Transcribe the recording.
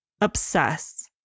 obsess